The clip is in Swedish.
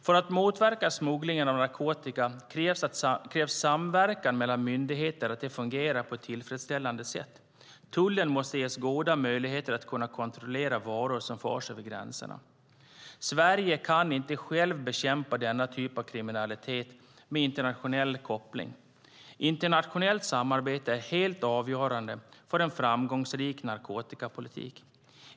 För att motverka smuggling av narkotika krävs att samverkan mellan myndigheterna fungerar på ett tillfredsställande sätt. Tullen måste ges goda möjligheter att kontrollera varor som förs över gränserna. Sverige kan inte självt bekämpa denna typ av kriminalitet med internationella kopplingar. Internationellt samarbete är helt avgörande för en framgångsrik narkotikapolitik.